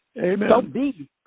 amen